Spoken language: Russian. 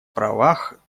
правах